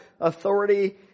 authority